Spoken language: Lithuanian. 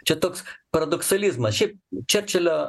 čia toks paradoksalizmas šiaip čerčilio